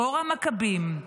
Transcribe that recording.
אור המכבים,